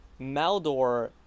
Maldor